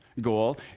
goal